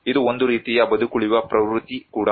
ಇದು ಒಂದು ರೀತಿಯ ಬದುಕುಳಿಯುವ ಪ್ರವೃತ್ತಿ ಕೂಡ